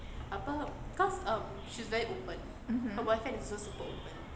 mmhmm